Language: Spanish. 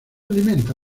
alimenta